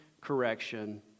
correction